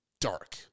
dark